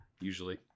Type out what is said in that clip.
usually